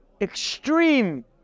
extreme